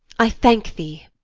i thank thee.